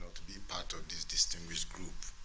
to be part of this distinguished group.